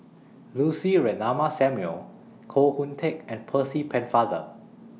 Lucy Ratnammah Samuel Koh Hoon Teck and Percy Pennefather